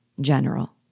General